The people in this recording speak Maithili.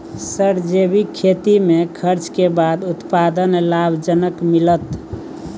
सर जैविक खेती में खर्च के बाद उत्पादन लाभ जनक मिलत?